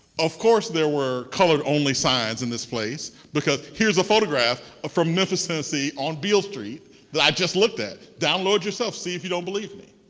of course there were colored only signs in this place, because here's a photograph from memphis, tennessee on beale street that i just looked at. download yourself, see if you don't believe me.